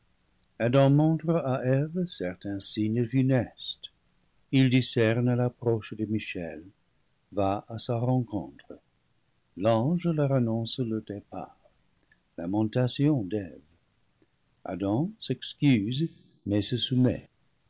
adam montre à eve certains signes funestes il discerne l'approche de michel va à sa rencontre l'ange leur annonce leur départ lamentations d'eve adam s'excuse mais se soumet